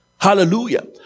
Hallelujah